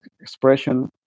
expression